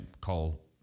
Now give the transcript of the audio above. call